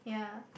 yeah